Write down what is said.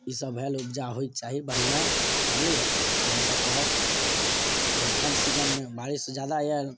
इसब भेल उपजा होइक चाही बढ़िऑं जनलियै इएह सब कहब एहिबेर धानके सीजनमे बारिस जादा आयल